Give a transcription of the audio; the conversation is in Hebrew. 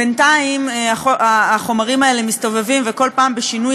בינתיים החומרים האלה מסתובבים וכל פעם בשינוי